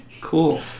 Cool